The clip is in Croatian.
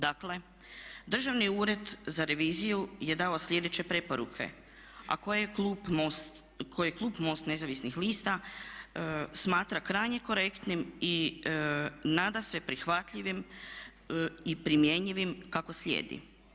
Dakle, Državni ured za reviziju je dao sljedeće preporuke a koje klub MOST-a nezavisnih lista smatra krajnje korektnim i nadasve prihvatljivim i primjenjivim kako slijedi.